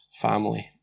family